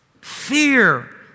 Fear